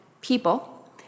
people